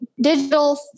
digital